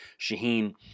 Shaheen